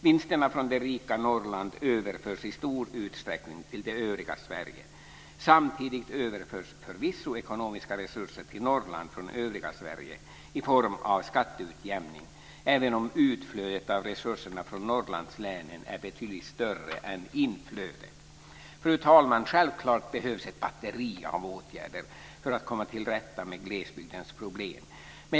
Vinsterna från det rika Norrland överförs i stor utsträckning till det övriga Sverige. Samtidigt överförs förvisso ekonomiska resurser till Norrland från övriga Sverige i form av skatteutjämning, även om utflödet av resurserna från Norrlandslänen är betydligt större än inflödet. Fru talman! Självklart behövs ett batteri av åtgärder för att komma tillrätta med glesbygdens problem.